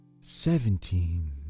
Seventeen